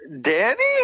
danny